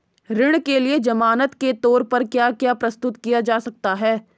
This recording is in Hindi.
ऋण के लिए ज़मानात के तोर पर क्या क्या प्रस्तुत किया जा सकता है?